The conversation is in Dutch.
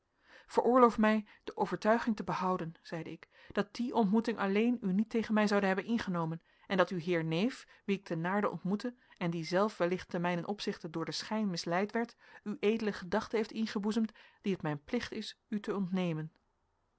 veroorloof mij de overtuiging te behouden zeide ik dat die ontmoeting alleen u niet tegen mij zoude hebben ingenomen en dat uw heer neef wien ik te naarden ontmoette en die zelf wellicht te mijnen opzichte door den schijn misleid werd ued gedachten heeft ingeboezemd die het mijn plicht is u te ontnemen